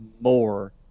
more